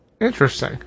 Interesting